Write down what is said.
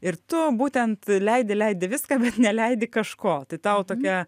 ir tu būtent leidi leidi viską bet neleidi kažko tai tau tokia